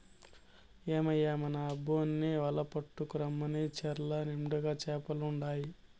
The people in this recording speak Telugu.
ఏమయ్యో మన అబ్బోన్ని వల పట్టుకు రమ్మను చెర్ల నిండుగా చేపలుండాయి